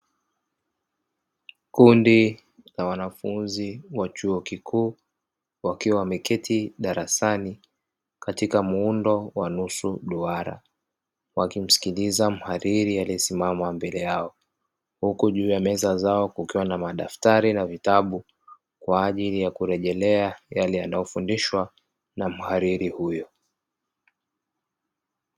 Kundi la wanafunzi wa chuo kikuu, wakiwa wameketi darasani katika muundo wa nusu duara wakimsikiliza mhariri aliyesimama mbele yao, huku juu ya meza zao kukiwa na madaftari na vitabu kwa ajili ya kurejelea yale yanayofundishwa na mhariri huyo.